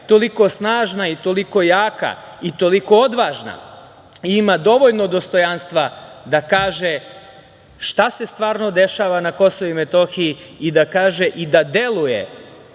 toliko snažna i toliko jaka i toliko odvažna i ima dovoljno dostojanstva da kaže šta se stvarno dešava na KiM i da kaže i da deluje